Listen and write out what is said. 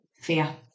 fear